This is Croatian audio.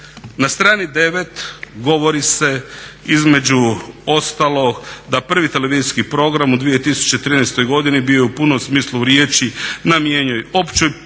Na strani 9. govori se između ostalog da prvi televizijski program u 2013. bio je u punom smislu riječi namijenjen općoj publici